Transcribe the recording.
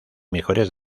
mejores